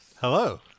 Hello